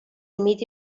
humit